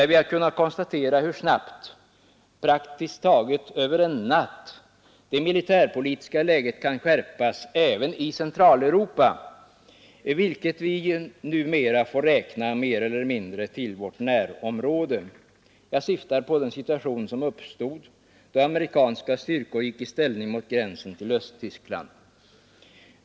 Vi har kunnat konstatera hur snabbt — praktiskt taget över en natt — det militärpolitiska läget kan skärpas även i Centraleuropa, vilket vi numera mer eller mindre får räkna till vårt närområde. Jag syftar på den situation som uppstod då amerikanska styrkor gick i ställning mot gränsen till Östtyskland.